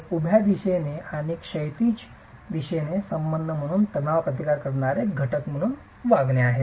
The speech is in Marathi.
हे उभ्या दिशेने आणि क्षैतिज दिशेने संबंध म्हणून तणाव प्रतिकार करणारे घटक म्हणून वागणे आहे